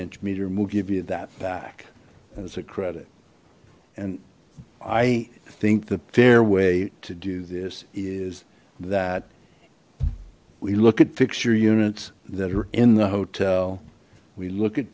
inch meter and we'll give you that back as a credit and i think the fair way to do this is that we look at fixture units that are in the hotel we look at